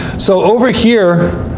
so over here,